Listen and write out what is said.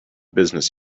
business